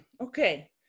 okay